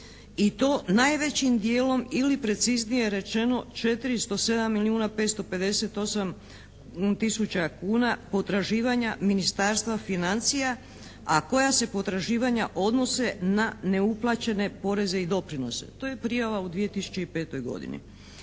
i to najvećim dijelom ili preciznije rečeno 407 milijuna 558 tisuća kuna potraživanja Ministarstva financija a koja se potraživanja odnose na neuplaćene poreze i doprinose. To je prijava u 2005. godini.